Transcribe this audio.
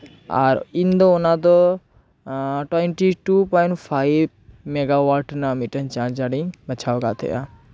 ᱟᱨ ᱤᱧ ᱫᱚ ᱚᱱᱟ ᱫᱚ twenty two point five megawatt ᱨᱮᱱᱟᱜ ᱢᱤᱫᱴᱮᱱ ᱪᱟᱨᱡᱟᱨ ᱤᱧ ᱵᱟᱪᱷᱟᱣ ᱟᱠᱟᱫ ᱛᱟᱦᱮᱸᱱᱟ